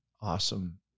awesome